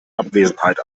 abwesenheit